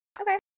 Okay